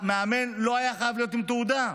המאמן לא היה חייב להיות עם תעודה.